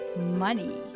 money